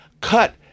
cut